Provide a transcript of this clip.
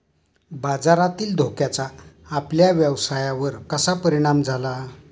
बाजारातील धोक्याचा आपल्या व्यवसायावर कसा परिणाम झाला?